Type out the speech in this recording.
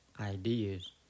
ideas